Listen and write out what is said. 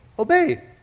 obey